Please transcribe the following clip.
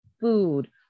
food